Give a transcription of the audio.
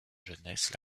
jeunesse